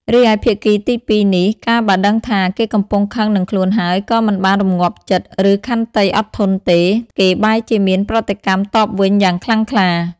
រីឯភាគីទីពីរនេះ កាលបើដឹងថា គេកំពុងខឹងនឹងខ្លួនហើយក៏មិនបានរំងាប់ចិត្ត ឬខន្តីអត់ធន់ទេ គេបែរជាមានប្រតិកម្មតបតវិញយ៉ាងខ្លាំងក្លា ។